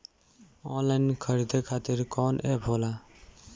Online खरीदे खातीर कौन एप होला?